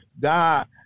God